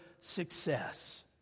success